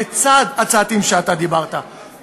לצד הצעדים שאתה דיברת עליהם.